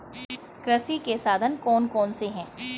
कृषि के साधन कौन कौन से हैं?